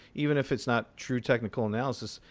even if it's not true technical analysis,